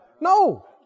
no